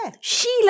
Sheila